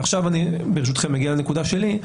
ועכשיו, אני, ברשותכם, אגיע לנקודה שלי.